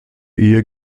ehe